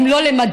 אם לא למגר,